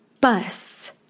Bus